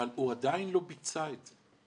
אבל הוא עדיין לא ביצע את זה.